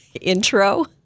intro